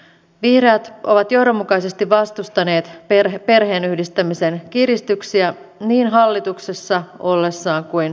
vihreät ovat johdonmukaisesti vastustaneet perheenyhdistämisen kiristyksiä niin hallituksessa ollessaan kuin oppositiossa